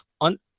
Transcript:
on